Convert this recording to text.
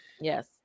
Yes